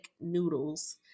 noodles